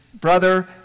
brother